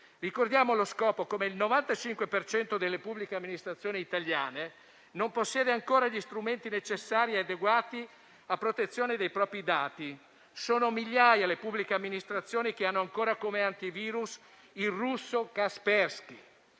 Ricordiamo allo scopo come il 95 per cento delle pubbliche amministrazioni italiane non possieda ancora gli strumenti necessari e adeguati a protezione dei propri dati. Sono migliaia le pubbliche amministrazioni che hanno ancora come antivirus il russo Kaspersky;